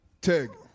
Tig